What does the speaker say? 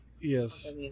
Yes